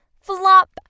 Flop